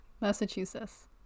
massachusetts